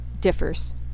differs